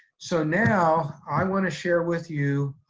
so now, i wanna share with you